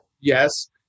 Yes